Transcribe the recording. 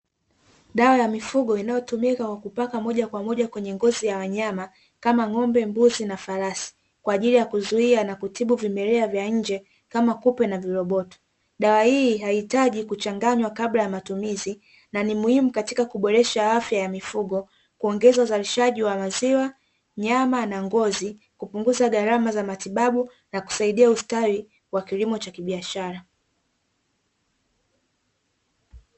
Dawa ya mifugo inayotumika kwa kupaka moja kwa moja kwenye ngozi ya wanyama kama ng’ombe, mbuzi na farasi kwa ajili ya kuzuia na kutibu vimelea vya nje kama kupe na viroboti, dawa hii haiitaji kuchanganywa kabla ya matumizi na ni muhimu katika kuboresha afya ya mifugo, kuongeza uzalishaji wa maziwa, nyama na ngozi, kupunguza gharama za matibabu na kusaidia ustawi wa kilimo cha kibiashara.